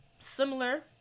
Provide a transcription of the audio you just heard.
similar